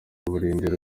birindiro